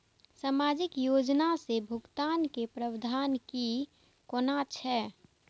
सामाजिक योजना से भुगतान के प्रावधान की कोना छै?